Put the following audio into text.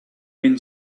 been